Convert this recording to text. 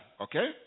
Okay